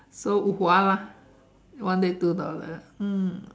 so wu hua lah one day two dollar mm